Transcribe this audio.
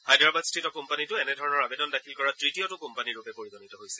হায়দৰাবাদস্থিত কোম্পানীটো এনেধৰণ আৱেদন দাখিল কৰা তৃতীয়টো কোম্পানীৰূপে পৰিগণিত হৈছে